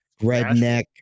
redneck